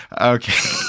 Okay